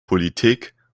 politik